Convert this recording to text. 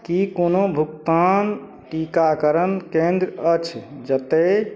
कि कोनो भुगतान टीकाकरण केन्द्र अछि जतए